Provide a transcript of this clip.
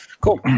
cool